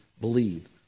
believe